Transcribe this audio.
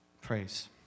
Praise